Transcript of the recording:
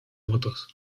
votos